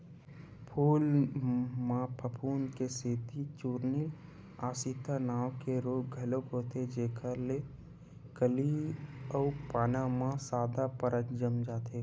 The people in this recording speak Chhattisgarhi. फूल म फफूंद के सेती चूर्निल आसिता नांव के रोग घलोक होथे जेखर ले कली अउ पाना म सादा परत जम जाथे